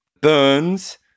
Burns